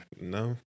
No